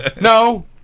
No